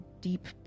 deep